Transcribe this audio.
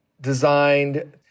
designed